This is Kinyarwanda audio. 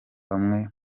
bamwe